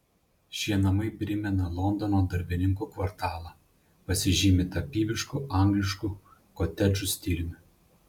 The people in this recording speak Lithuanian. šie namai primena londono darbininkų kvartalą pasižymi tapybišku angliškų kotedžų stiliumi